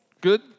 Good